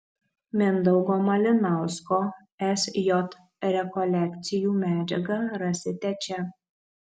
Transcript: mindaugo malinausko sj rekolekcijų medžiagą rasite čia